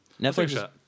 Netflix